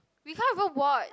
we can't even watch